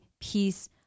peace